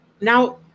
Now